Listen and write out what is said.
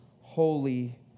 holy